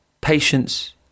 patience